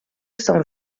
cent